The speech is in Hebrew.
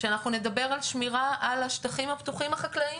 שאנחנו נדבר על שמירה על השטחים הפתוחים החקלאיים,